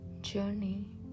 Journey